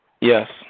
Yes